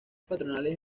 patronales